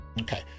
Okay